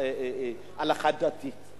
הלכה דתית.